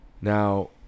Now